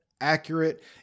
accurate